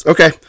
Okay